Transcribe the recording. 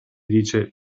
dice